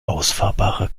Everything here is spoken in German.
ausfahrbarer